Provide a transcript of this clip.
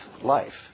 life